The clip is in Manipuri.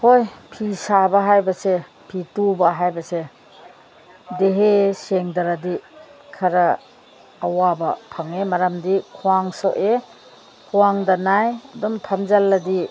ꯍꯣꯏ ꯐꯤ ꯁꯥꯕ ꯍꯥꯏꯕꯁꯦ ꯐꯤ ꯇꯨꯕ ꯍꯥꯏꯕꯁꯦ ꯗꯤꯍꯦ ꯁꯦꯡꯗ꯭ꯔꯗꯤ ꯈꯔ ꯑꯋꯥꯕ ꯐꯪꯉꯦ ꯃꯔꯝꯗꯤ ꯈ꯭ꯋꯥꯡ ꯁꯣꯛꯑꯦ ꯈ꯭ꯋꯥꯡꯗ ꯅꯥꯏ ꯑꯗꯨꯝ ꯐꯝꯖꯤꯜꯂꯗꯤ